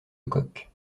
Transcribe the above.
lecoq